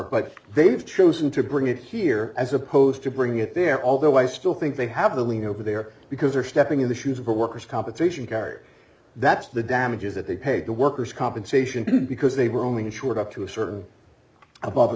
but they've chosen to bring it here as opposed to bringing it there although i still think they have the wing over there because they're stepping in the shoes of a worker's compensation card that's the damages that they paid the workers compensation because they were only insured up to a certain above a